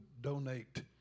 donate